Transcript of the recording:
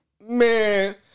Man